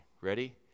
Ready